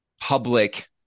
public